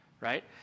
right